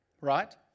Right